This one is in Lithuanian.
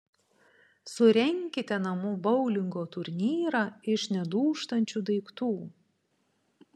surenkite namų boulingo turnyrą iš nedūžtančių daiktų